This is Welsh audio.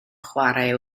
chwarae